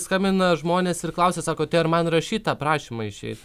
skambina žmonės ir klausia sako tai ar man rašyt tą prašymą išeiti